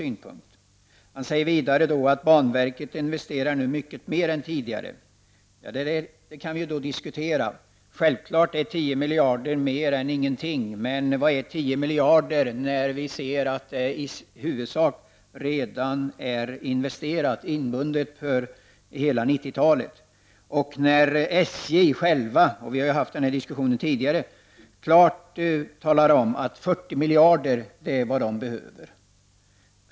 Vidare säger kommunikationsministern att banverket investerar mycket mer nu än tidigare. Det kan emellertid diskuteras. Självfallet är 10 miljarder kronor mer än ingenting, men man kan fråga sig hur mycket 10 miljarder kronor betyder när dessa pengar i stort sett redan är bundna för hela 90-talet. Från SJ har man klart uttalat att det behövs 40 miljarder kronor.